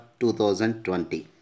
2020